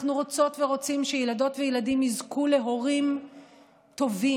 אנחנו רוצות ורוצים שילדות וילדים יזכו להורים טובים,